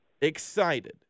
excited